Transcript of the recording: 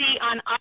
on